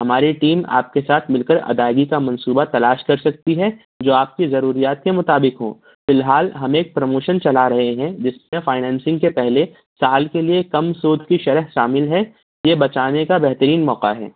ہماری ٹیم آپ کے ساتھ مِل کر ادائیگی کا منصوبہ تلاش کر سکتی ہے جو آپ کی ضروریات کے مطابق ہوں فی الحال ہم ایک پرموشن چلا رہے ہیں جس سے فائنانسنگ کے پہلے سال کے لیے کم سود کی شرح شامل ہے یہ بچانے کا بہترین موقع ہے